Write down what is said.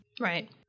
Right